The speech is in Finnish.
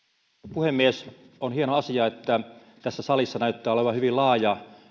puhemies on hieno asia että tässä salissa näyttää olevan hyvin laaja